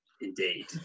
Indeed